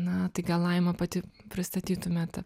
na tai gal laima pati pristatytumėte